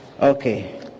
Okay